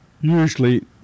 usually